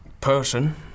person